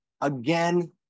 again